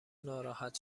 ناراحت